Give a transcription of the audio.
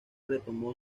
retomó